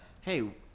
hey